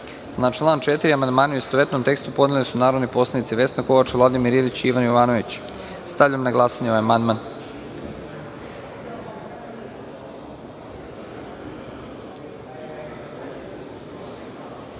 član 7. amandman, u istovetnom tekstu, podneli su narodni poslanici Vesna Kovač, Vladimir Ilić i Ivan Jovanović. Stavljam na glasanje ovaj